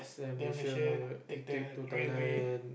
then Malaysia take the railway